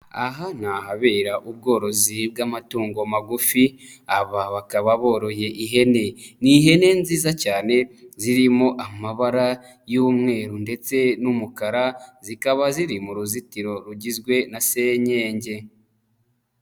Aha ni ahabera ubworozi bw'amatungo magufi aba bakaba boroye ihene, ni ihene nziza cyane zirimo amabara y'umweru ndetse n'umukara zikaba ziri mu ruzitiro rugizwe na senyenge.